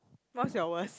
what's your worst